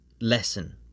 ...lesson